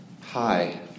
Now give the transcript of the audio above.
hi